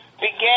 began